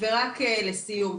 ורק לסיום,